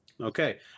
Okay